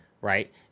right